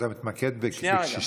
אתה מתמקד בקשישים.